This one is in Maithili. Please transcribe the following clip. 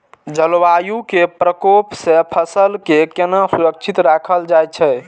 जलवायु के प्रकोप से फसल के केना सुरक्षित राखल जाय छै?